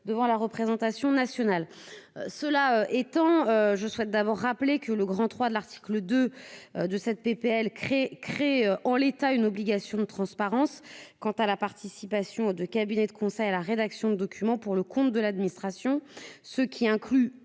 devant la représentation nationale. Cela étant, je souhaite d'abord rappeler que le grand 3 de l'article 2 de cette PPL crée en l'état une obligation de transparence quant à la participation de cabinets de conseil à la rédaction de documents pour le compte de l'administration, ce qui inclut,